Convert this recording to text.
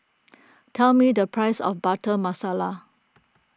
tell me the price of Butter Masala